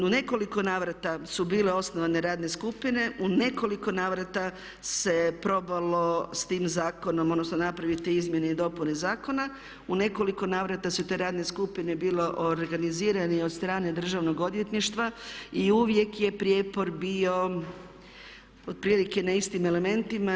U nekoliko navrata su bile osnovane radne skupine, u nekoliko navrata se probalo s tim zakonom odnosno napraviti izmjene i dopune zakona, u nekoliko navrata su te radne skupine organizirane od strane državnog odvjetništva i uvijek je prijepor bio otprilike na istim elementima.